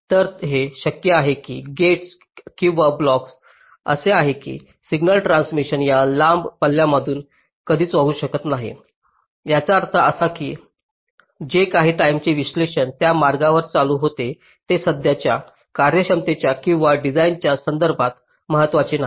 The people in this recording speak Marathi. तर हे शक्य आहे की गेट्स किंवा ब्लॉक्स असे आहेत की सिग्नल ट्रान्सिशन्स या लांब पल्ल्यामधून कधीच वाहू शकत नाहीत याचा अर्थ असा की जे काही टाईमचे विश्लेषण त्या मार्गावर चालू होते जे सध्याच्या कार्यक्षमतेच्या किंवा डिझाइनच्या संदर्भात महत्वाचे नाही